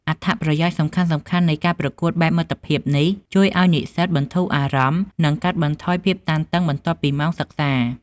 អត្ថប្រយោជន៍សំខាន់ៗនៃការប្រកួតបែបមិត្តភាពនេះ ជួយឱ្យនិស្សិតអាចបន្ធូរអារម្មណ៍ និងកាត់បន្ថយភាពតានតឹងបន្ទាប់ពីម៉ោងសិក្សា។